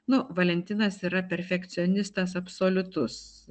nu valentinas yra perfekcionistas absoliutus